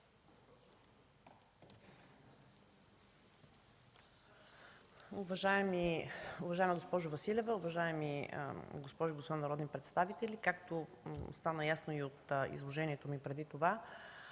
Уважаема госпожо Василева, уважаеми госпожи и господа народни представители! Както стана ясно и от изложението ми преди това,